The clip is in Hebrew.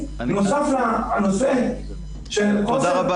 תודה.